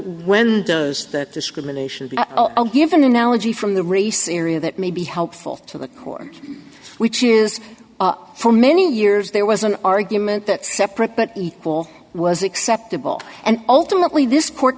when that discrimination you have an analogy from the race area that may be helpful to the core which is for many years there was an argument that separate but equal was acceptable and ultimately this court